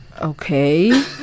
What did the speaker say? Okay